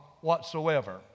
whatsoever